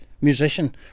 musician